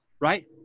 right